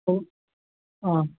অ